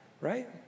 Right